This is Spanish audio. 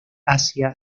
asia